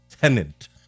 tenant